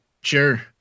Sure